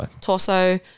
torso